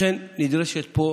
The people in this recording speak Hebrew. לכן נדרשת פה